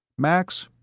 max,